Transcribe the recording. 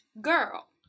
girl